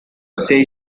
say